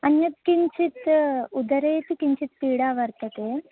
अन्यत् किञ्चित् उदरेऽपि किञ्चित् पीडा वर्तते